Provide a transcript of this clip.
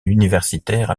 universitaire